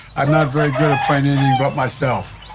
i'm not very good at playing anything but myself.